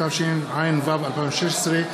התשע"ו 2016,